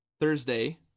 Thursday